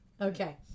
okay